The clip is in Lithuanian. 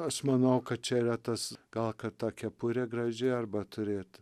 aš manau kad čia retas gal kad ta kepurė graži arba turėt